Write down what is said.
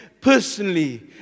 personally